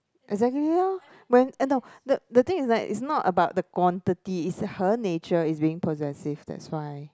exactly lor when eh no the the thing is that it's not about the quantity it's her nature is being possessive that's why